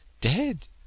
Dead